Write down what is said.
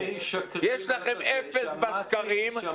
אתם משקרים --- יש לכם אפס בסקרים --- שמעתי,